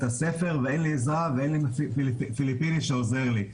אין לי עזרה ואין לי פיליפיני שעוזר לי.